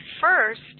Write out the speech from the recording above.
first